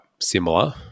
similar